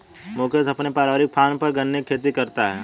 मुकेश अपने पारिवारिक फॉर्म पर गन्ने की खेती करता है